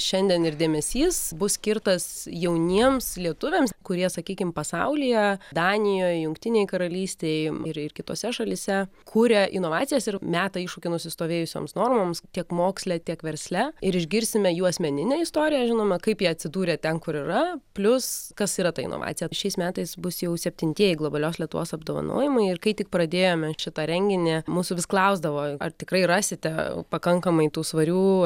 šiandien ir dėmesys bus skirtas jauniems lietuviams kurie sakykim pasaulyje danijoj jungtinėj karalystėj ir ir kitose šalyse kuria inovacijas ir meta iššūkį nusistovėjusioms normoms tiek moksle tiek versle ir išgirsime jų asmeninę istoriją žinoma kaip jie atsidūrė ten kur yra plius kas yra ta inovacija šiais metais bus jau septintieji globalios lietuvos apdovanojimai ir kai tik pradėjome šitą renginį mūsų vis klausdavo ar tikrai rasite pakankamai tų svarių